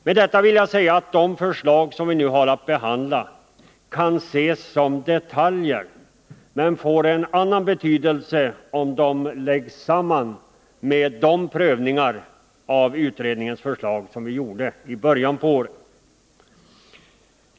Med detta vill jag säga att de förslag som vi nu har att behandla kan ses som detaljer, men att de får en annan betydelse om de läggs samman med de övriga som redan i början av detta år prövades av riksdagen.